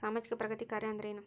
ಸಾಮಾಜಿಕ ಪ್ರಗತಿ ಕಾರ್ಯಾ ಅಂದ್ರೇನು?